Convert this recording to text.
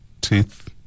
teeth